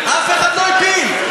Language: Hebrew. אף אחד לא הפיל.